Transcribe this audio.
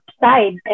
side